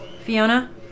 Fiona